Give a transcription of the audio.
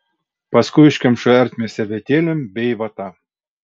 paskui užkemšu ertmę servetėlėm bei vata